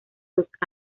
dos